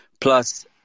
Plus